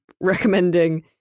recommending